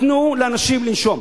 תנו לאנשים לנשום.